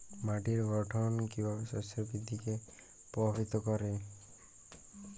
মাটির গঠন কীভাবে শস্যের বৃদ্ধিকে প্রভাবিত করে?